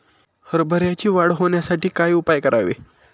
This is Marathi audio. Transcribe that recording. हरभऱ्याची वाढ होण्यासाठी काय उपाय करावे?